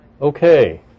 Okay